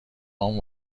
هام